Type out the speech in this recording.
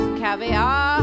caviar